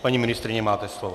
Paní ministryně, máte slovo.